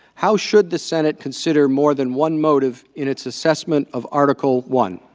how should the senate consider more than one motive in its assessment of article one?